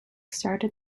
started